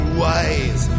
ways